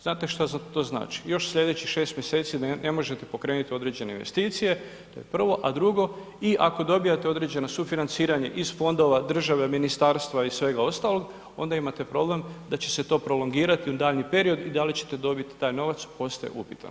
Znate što to znači, još sljedećih 6 mjeseci ne možete pokrenuti određene investicije to je prvo, a drugo, i ako dobivate određena sufinanciranja iz fondova države, ministarstva i svega ostalog, onda imate problem da će se to prolongirati na daljnji period i da li ćete dobiti taj novac, postaje upitan.